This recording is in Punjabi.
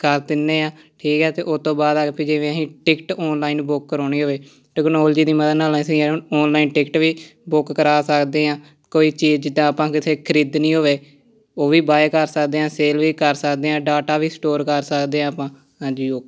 ਕਰ ਦਿੰਦੇ ਹਾਂ ਠੀਕ ਆ ਅਤੇ ਉਸ ਤੋਂ ਬਾਅਦ ਆ ਗਿਆ ਵੀ ਜਿਵੇਂ ਅਸੀਂ ਟਿਕਟ ਔਨਲਾਈਨ ਬੁੱਕ ਕਰਾਉਣੀ ਹੋਵੇ ਟੈਕਨੋਲਜੀ ਦੀ ਮਦਦ ਨਾਲ ਅਸੀਂ ਔਨਲਾਈਨ ਟਿਕਟ ਵੀ ਬੁੱਕ ਕਰਾ ਸਕਦੇ ਹਾਂ ਕੋਈ ਚੀਜ਼ ਜਿੱਦਾਂ ਆਪਾਂ ਕਿਸੇ ਖਰੀਦਣੀ ਹੋਵੇ ਉਹ ਵੀ ਬਾਏ ਕਰ ਸਕਦੇ ਹਾਂ ਸੇਲ ਵੀ ਕਰ ਸਕਦੇ ਹਾਂ ਡਾਟਾ ਵੀ ਸਟੋਰ ਕਰ ਸਕਦੇ ਹਾਂ ਆਪਾਂ ਹਾਂਜੀ